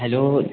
hello